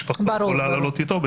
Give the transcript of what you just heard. משפחתו יכולה לעלות איתו,